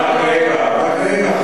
אדוני היושב-ראש,